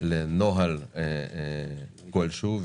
לנוהל כלשהו.